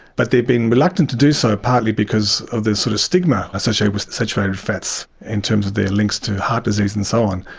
but they've been reluctant to do so partly because of this sort of stigma associated with saturated fats in terms of their links to heart disease and so on.